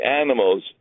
animals